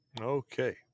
Okay